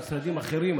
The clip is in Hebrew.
ממשרדים אחרים,